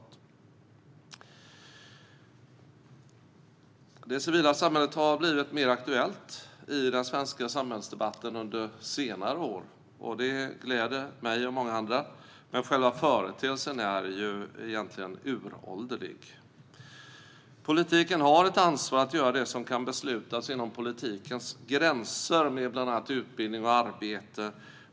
Det civila samhället har blivit mer aktuellt i den svenska samhällsdebatten under senare år, och det gläder mig och många andra. Men själva företeelsen är egentligen uråldrig. Politiken har ett ansvar att göra det som kan beslutas inom politikens gränser med bland annat utbildning och arbete.